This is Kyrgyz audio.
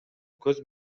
көз